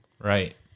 Right